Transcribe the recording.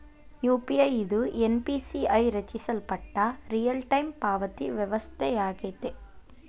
UPI ಇದು NPCI ರಚಿಸಲ್ಪಟ್ಟ real time ಪಾವತಿ ವ್ಯವಸ್ಥೆಯಾಗೆತಿ